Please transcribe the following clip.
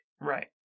Right